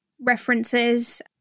references